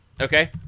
Okay